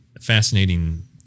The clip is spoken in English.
fascinating